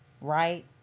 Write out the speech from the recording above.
right